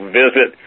visit